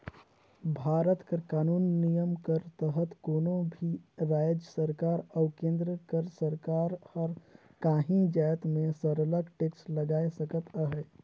भारत कर कानूनी नियम कर तहत कोनो भी राएज सरकार अउ केन्द्र कर सरकार हर काहीं जाएत में सरलग टेक्स लगाए सकत अहे